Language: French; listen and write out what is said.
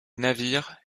navire